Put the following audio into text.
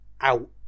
out